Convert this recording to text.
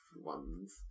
ones